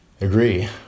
agree